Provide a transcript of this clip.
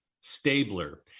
Stabler